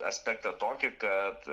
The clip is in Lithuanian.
aspektą tokį kad